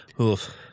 Oof